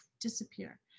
disappear